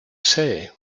say